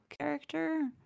character